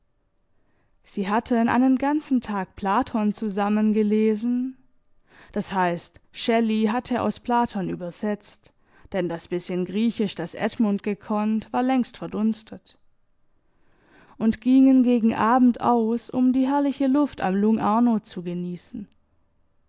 sie hatten einen ganzen tag platon zusammen gelesen das heißt shelley hatte aus platon übersetzt denn das bißchen griechisch das edmund gekonnt war längst verdunstet und gingen gegen abend aus um die herrliche luft am lung arno zu genießen